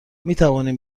میتوانیم